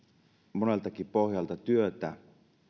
moneltakin pohjalta työtä